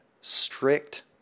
strict